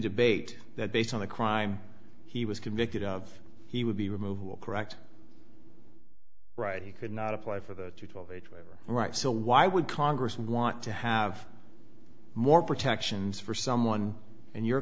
debate that based on the crime he was convicted of he would be removable correct right he could not apply for the twelve age waiver right so why would congress want to have more protections for someone and your